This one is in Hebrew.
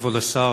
כבוד השר,